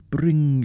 Bring